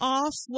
off